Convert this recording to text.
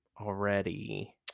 already